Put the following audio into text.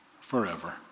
forever